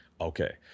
Okay